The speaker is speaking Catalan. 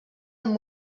amb